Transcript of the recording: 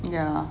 yeah